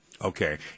Okay